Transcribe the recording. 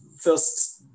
first